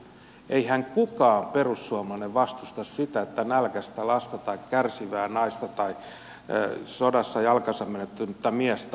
eihän kukaan perussuomalainen vastusta sitä että nälkäistä lasta tai kärsivää naista tai sodassa jalkansa menettänyttä miestä autetaan